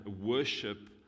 worship